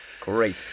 great